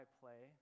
play